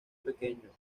pequeño